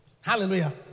Hallelujah